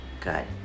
good